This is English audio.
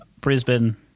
Brisbane